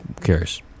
curious